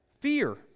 fear